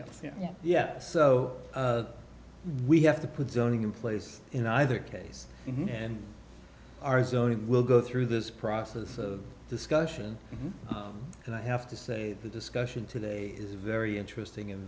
yeah yeah yeah so we have to put zoning in place in either case and our zoning will go through this process of discussion and i have to say the discussion today is very interesting